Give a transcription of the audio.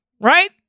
right